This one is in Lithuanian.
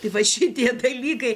tai va šitie dalykai